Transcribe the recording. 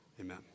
amen